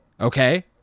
okay